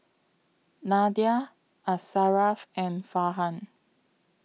Nadia Asharaff and Farhan